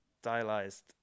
stylized